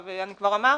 אני כבר אמרתי,